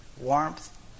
warmth